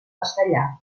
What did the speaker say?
castellà